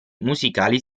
musicali